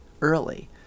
early